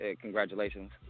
congratulations